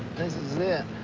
this is it.